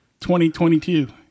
2022